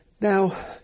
Now